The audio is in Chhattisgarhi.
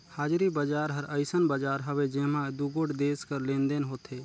हाजरी बजार हर अइसन बजार हवे जेम्हां दुगोट देस कर लेन देन होथे